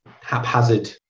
haphazard